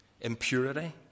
impurity